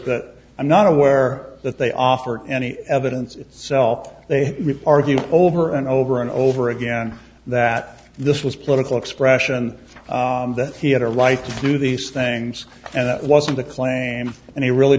but i'm not aware that they offered any evidence itself they argue over and over and over again that this was political expression that he had a right to do these things and that wasn't the claim and he really